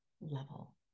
level